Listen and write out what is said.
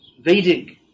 Vedic